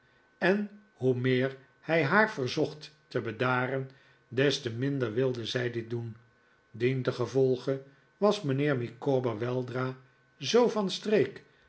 en hoe meer hij haar verzocht te bedaren des te minder wilde zij dit doen dientengevolge was mijnheer micawber weldra zoo van streek